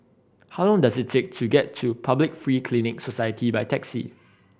how long does it take to get to Public Free Clinic Society by taxi